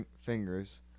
fingers